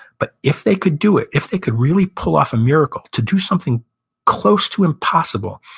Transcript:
but if they could do it, if they could really pull off a miracle, to do something close to impossible,